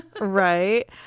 Right